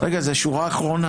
רגע, זאת שורה אחרונה.